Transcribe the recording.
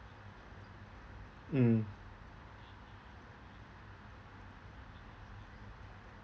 mm